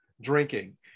drinking